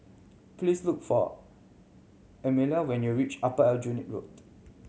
please look for when you reach Upper Aljunied Road